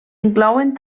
inclouen